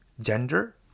gender